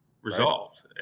resolved